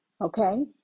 Okay